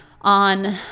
on